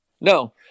No